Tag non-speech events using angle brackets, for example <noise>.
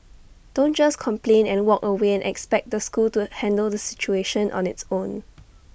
don't just complain and walk away and expect the school to handle the situation on its own <noise>